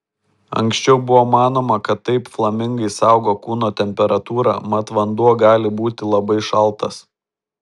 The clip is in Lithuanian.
anksčiau buvo manoma kad taip flamingai saugo kūno temperatūrą mat vanduo gali būti labai šaltas